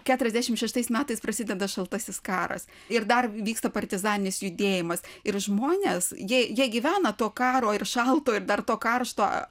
keturiasdešimt šeštais metais prasideda šaltasis karas ir dar vyksta partizaninis judėjimas ir žmonės jie jie gyvena to karo ir šalto ir dar to karšto